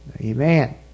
Amen